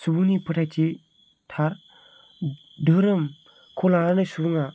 सुबुंनि फोथायथि थार धोरोमखौ लानानै सुबुङा